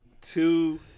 Two